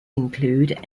include